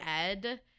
ed